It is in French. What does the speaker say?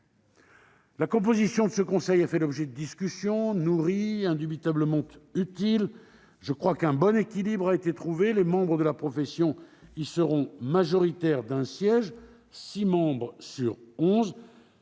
La composition de cette instance a fait l'objet de discussions nourries et indubitablement utiles. Je crois qu'un bon équilibre a été trouvé : les membres de la profession y seront majoritaires d'un siège- six membres sur